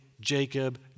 Jacob